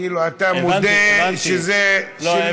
כאילו אתה מודה: זה שלי.